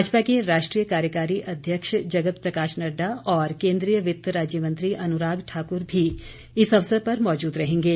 भाजपा के राष्ट्रीय कार्यकारी अध्यक्ष जगत प्रकाश नड्डा और केंद्रीय वित्त राज्यमंत्री अनुराग ठाकुर भी इस अवसर पर मौजूद रहेंगे